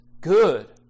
good